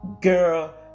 girl